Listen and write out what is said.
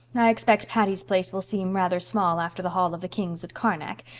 i expect patty's place will seem rather small after the hall of the kings at karnak,